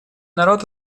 народ